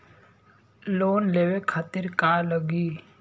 Loan लेवे खातीर का का लगी?